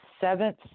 seventh